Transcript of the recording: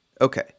Okay